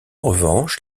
revanche